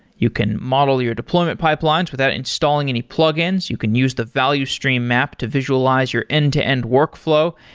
you can model your deployment pipelines without installing any plugins. you can use the value stream map to visualize your end-to-end workflow.